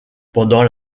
pendant